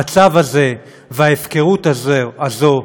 המצב הזה וההפקרות הזאת,